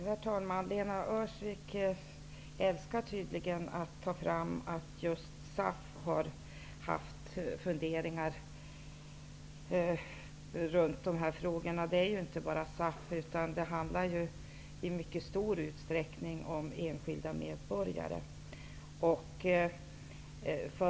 Herr talman! Lena Öhrsvik älskar tydligen att ta fram att just SAF har haft funderingar runt de här frågorna. Men det är inte bara SAF som har haft det, utan det handlar i mycket stor utsträckning om enskilda medborgare.